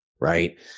Right